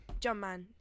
Jumpman